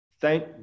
Thank